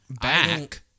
back